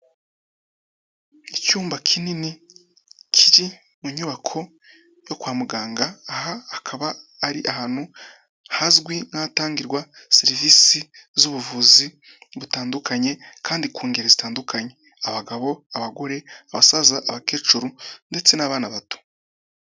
Icyumba kinini kiri mu nyubako yo kwa muganga, aha akaba ari ahantu hazwi n'atangirwa serivisi z'ubuvuzi butandukanye kandi ku ngeri zitandukanye. Abagabo, abagore, abasaza, abakecuru ndetse n'abana bato.